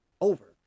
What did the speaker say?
over